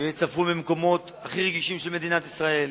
יהיה צפון במקומות הכי רגישים של מדינת ישראל,